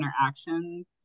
interactions